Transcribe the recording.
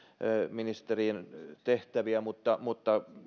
ministeritehtäviäni mutta mutta